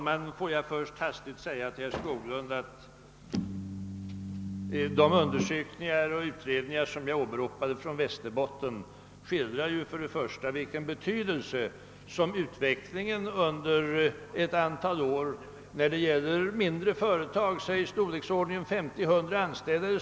Herr talman! De undersökningar och utredningar från Västerbotten som jag åberopade, herr Skoglund, skildrar vilken inverkan utvecklingen under ett antal år har haft när det gäller mindre företag, säg av storleksordningen 50— 100 anställda.